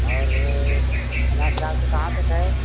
और समाज शास्त्र कहाँ तक है